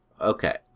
Okay